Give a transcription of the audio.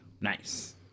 Nice